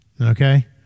okay